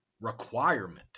requirement